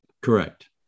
Correct